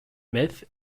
myth